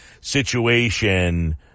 situation